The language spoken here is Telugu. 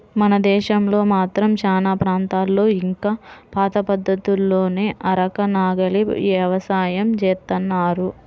మన దేశంలో మాత్రం చానా ప్రాంతాల్లో ఇంకా పాత పద్ధతుల్లోనే అరక, నాగలి యవసాయం జేత్తన్నారు